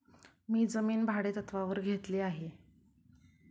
मी जमीन भाडेतत्त्वावर घेतली आहे